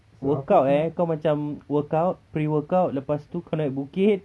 workout eh kau macam workout pre-workout lepas tu kau naik bukit